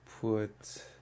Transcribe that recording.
put